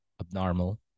abnormal